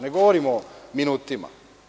Ne govorim o minutima.